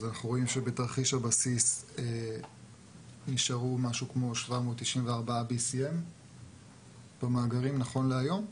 אנחנו רואים שבתרחיש הבסיס נשארו משהו כמו 794 BCM במאגרים נכון להיום,